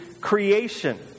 creation